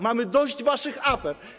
Mamy dość waszych afer.